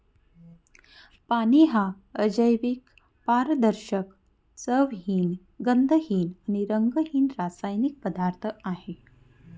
पाणी हा अजैविक, पारदर्शक, चवहीन, गंधहीन आणि रंगहीन रासायनिक पदार्थ आहे